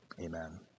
Amen